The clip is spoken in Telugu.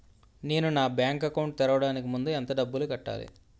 నేను నా బ్యాంక్ అకౌంట్ తెరవడానికి ముందు ఎంత డబ్బులు కట్టాలి?